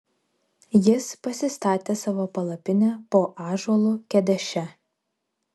jis pasistatė savo palapinę po ąžuolu kedeše